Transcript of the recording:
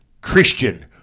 Christian